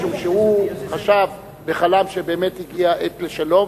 משום שהוא חשב וחלם שבאמת הגיעה העת לשלום,